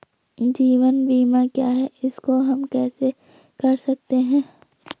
जीवन बीमा क्या है इसको हम कैसे कर सकते हैं?